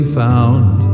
found